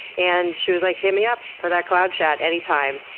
and she was like, hit me up for that cloud chat anytime.